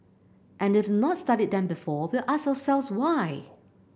and if we've not studied them before we'll ask ourselves why